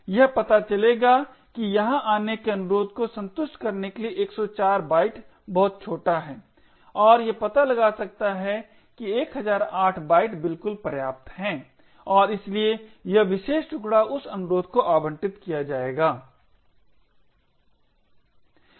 यह पता चलेगा कि यहां आने के अनुरोध को संतुष्ट करने के लिए 104 बाइट बहुत छोटा है और यह पता लगा सकता है कि 1008 बाइट बिल्कुल पर्याप्त हैं और इसलिए यह विशेष टुकड़ा उस अनुरोध को आवंटित किया जाएगा